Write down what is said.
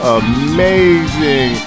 amazing